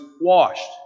washed